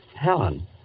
Helen